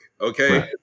okay